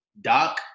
Doc